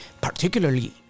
particularly